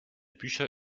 bücher